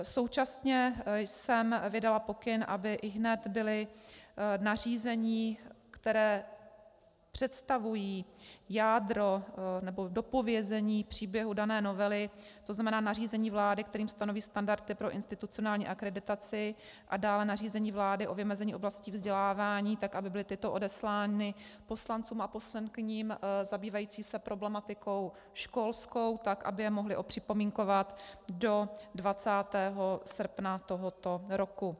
Současně jsem vydala pokyn, aby ihned byla nařízení, která představují jádro nebo dopovězení příběhu dané novely, to znamená nařízení vlády, kterým stanoví standardy pro institucionální akreditaci, a dále nařízení vlády o vymezení oblastí vzdělávání, tak aby byla tato odeslána poslancům a poslankyním zabývajícím se problematikou školskou tak, aby je mohli opřipomínkovat do 20. srpna tohoto roku.